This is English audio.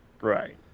Right